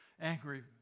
angry